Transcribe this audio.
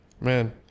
Man